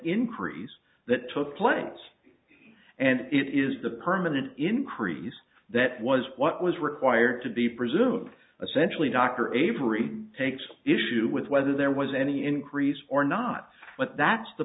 increase that took place and it is the permanent increase that was what was required to be presumed essentially dr avery takes issue with whether there was any increase or not but that's the